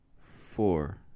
four